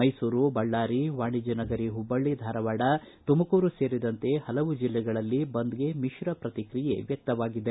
ಮೈಸೂರು ಬಳ್ಳಾರಿ ವಾಣಿಜ್ಯ ನಗರಿ ಹುಬ್ಬಳ್ಳಿ ಧಾರವಾಡ ತುಮಕೂರು ಸೇರಿದಂತೆ ಪಲವು ಜೆಲ್ಲೆಗಳಲ್ಲಿ ಬಂದ್ಗೆ ಮಿಶ್ರ ಪ್ರತಿಕ್ರಿಯೆ ವ್ಯಕ್ತವಾಗಿದೆ